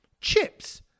chips